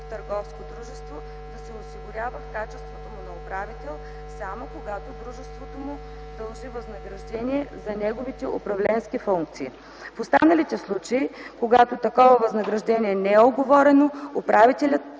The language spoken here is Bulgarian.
търговско дружество, да се осигурява в качеството му на управител, само когато дружеството му дължи възнаграждение за неговите управленски функции. В останалите случаи, когато такова възнаграждение не е уговорено, управителят